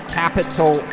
capital